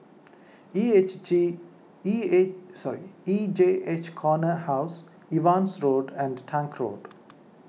E H J E A sorry E J H Corner House Evans Road and Tank Road